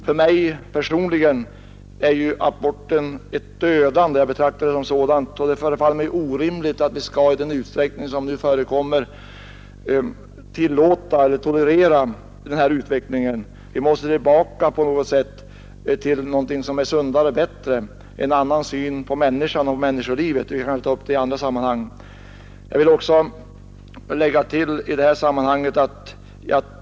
För mig innebär abort ett dödande, och det förefaller mig orimligt att man i den utsträckning som nu förekommer skall tolerera denna utveckling. Vi måste på något sätt tillbaka till ett sundare och bättre tillstånd med en annan syn på människan och människolivet. — Men detta är något som vi bör ta upp i andra sammanhang.